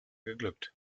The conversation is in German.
geglückt